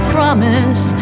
promise